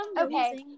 Okay